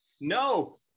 No